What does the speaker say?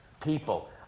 People